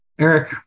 Eric